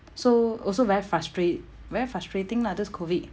so also very frustrat~ very frustrating lah this COVID